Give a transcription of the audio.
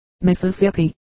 Mississippi